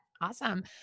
Awesome